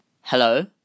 Hello